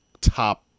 top